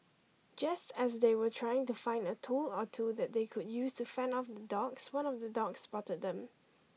just as they were trying to find a tool or two that they could use to fend off the dogs one of the dogs spotted them